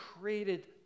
created